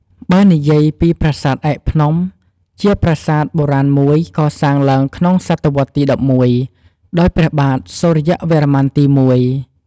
បើនិយាយពីប្រាសាទឯកភ្នំជាប្រាសាទបុរាណមួយកសាងឡើងក្នុងសតវត្សរ៍ទី ១១ ដោយព្រះបាទសូរ្យវរ្ម័នទី ១។